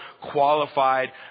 qualified